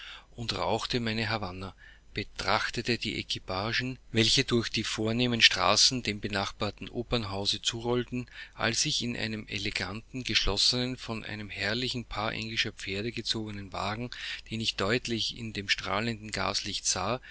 und rauchte meine havanna betrachtete die equipagen welche durch die vornehmen straßen dem benachbarten opernhause zurollten als ich in einem eleganten geschlossenen von einem herrlichen paar englischer pferde gezogenen wagen den ich deutlich in dem strahlenden gaslicht sah